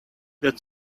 that